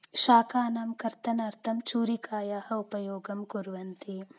शाकानां कर्तनार्थं छुरिकायाः उपयोगं कुर्वन्ति